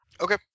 Okay